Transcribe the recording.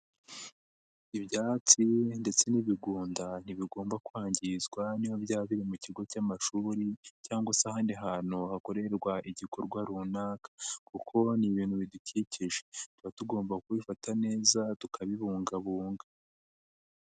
Ibyatsi ndetse n'ibigunda ntibigomba kwangizwa, niyo byaba biri mu kigo cy'amashuri cyangwa se ahandi hantu hakorerwa igikorwa runaka kuko ni ibintu bidukikije. Tuba tugomba kubifata neza tukabibungabunga.